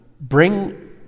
bring